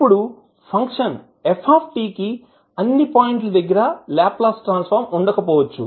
ఇప్పుడు function f కి అన్నిపాయింట్ల దగ్గర లాప్లాస్ ట్రాన్సఫర్మ్ ఉండకపోవచ్చు